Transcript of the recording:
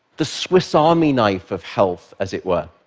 the swiss army knife of health, as it were.